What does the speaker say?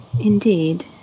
Indeed